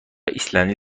ایسلندی